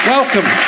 Welcome